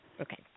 Okay